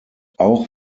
auch